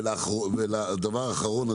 דבר אחרון,